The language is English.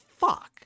Fuck